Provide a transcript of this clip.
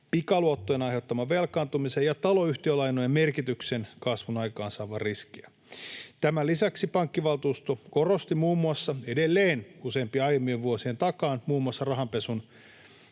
pikaluottojen aiheuttaman velkaantumisen ja taloyhtiölainojen merkityksen kasvun aikaansaavan riskejä. Tämän lisäksi pankkivaltuusto korosti muun muassa edelleen, useampien aiempien vuosien tapaan, rahanpesun